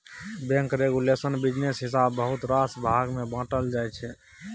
bank regulation business हिसाबेँ बहुत रास भाग मे बाँटल जाइ छै